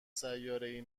سیارهای